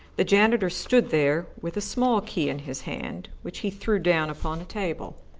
the janitor stood there with a small key in his hand, which he threw down upon a table.